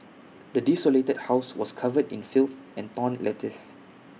the desolated house was covered in filth and torn letters